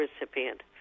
recipient